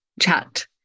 chat